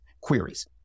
queries